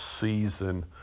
season